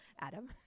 adam